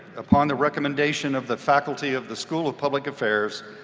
upon the recommendation of the faculty of the school of public affairs,